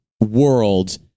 world